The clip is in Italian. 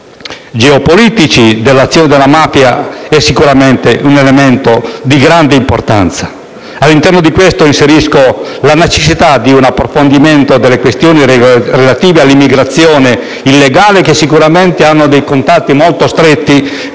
geopolitici dell'azione della mafia, rappresentano sicuramente un elemento di grande importanza. All'interno di ciò, inserisco la necessità di un approfondimento delle questioni relative all'immigrazione illegale, che sicuramente hanno contatti molto stretti